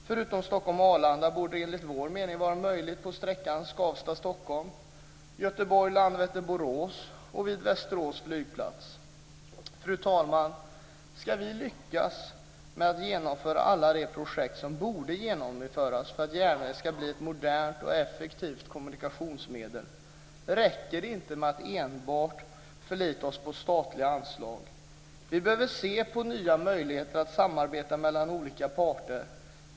Förutom på sträckan Stockholm-Arlanda borde detta enligt vår mening vara möjligt på sträckan Fru talman! Ska vi lyckas genomföra alla de projekt som borde genomföras för att järnvägen ska bli ett modernt och effektivt kommunikationsmedel, räcker det inte att vi förlitar oss på enbart statliga anslag. Vi behöver se på nya möjligheter att samarbeta mellan olika parter.